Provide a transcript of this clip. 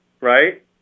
right